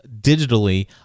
digitally